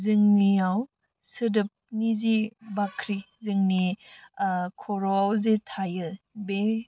जोंनियाव सोदोबनि जि बाख्रि जोंनि खर'आव जि थायो बे